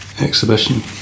exhibition